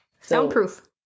Soundproof